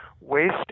waste